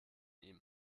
ihm